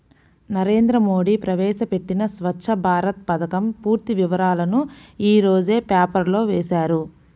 నరేంద్ర మోడీ ప్రవేశపెట్టిన స్వఛ్చ భారత్ పథకం పూర్తి వివరాలను యీ రోజు పేపర్లో వేశారు